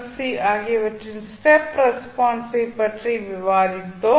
C parallel RLC circuit ஆகியவற்றின் step ரெஸ்பான்ஸை பற்றி விவாதித்தோம்